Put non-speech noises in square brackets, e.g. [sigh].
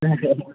[unintelligible]